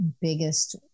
biggest